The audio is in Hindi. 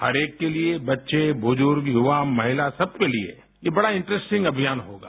हर एक के लिए बच्चे बुजुर्ग युवा महिला सब के लिए ये बड़ा इन्ट्रसटिंग अभियान होगा